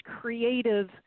creative